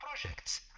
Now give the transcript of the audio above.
projects